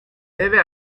debe